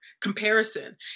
comparison